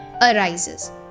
arises